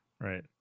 Right